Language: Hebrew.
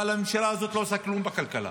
אבל הממשלה הזאת לא עושה כלום בכלכלה.